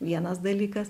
vienas dalykas